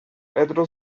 pedro